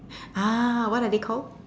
ah what are they called